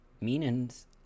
meanings